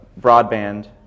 broadband